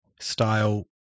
style